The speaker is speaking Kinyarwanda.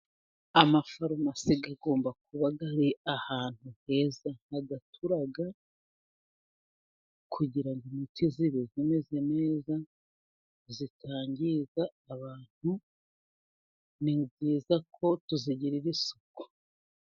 Amaforomase agomba kuba ari ahantu heza hadatura kugira imiti zibe zimeze neza, zitangiza abantu ni byiza ko tuzigirira isuku.